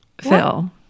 Phil